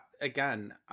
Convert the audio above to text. again